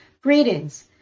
Greetings